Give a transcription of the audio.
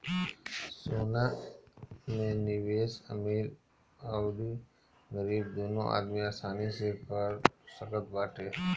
सोना में निवेश अमीर अउरी गरीब दूनो आदमी आसानी से कर सकत बाटे